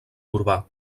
urbà